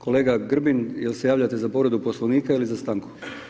Kolega Grbin, jel se javljate za povredu poslovnika ili za stanku?